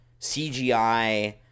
CGI